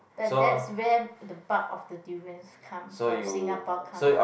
but that's where the bulk of the durians come from Singapore come from